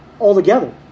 altogether